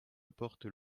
apporte